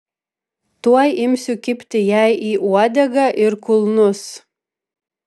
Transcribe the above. tuoj imsiu kibti jai į uodegą ir kulnus